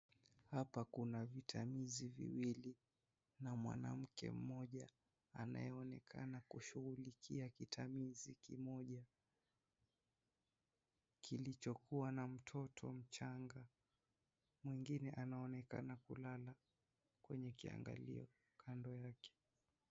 Hapa kuna vitamizi viwili na mwanamke mmoja anayeonekana kushughulikia kitamizi kimoja kilichokua na mtoto mchanga, mwingine anaonekana kulala kwenye kiangalio kando yake.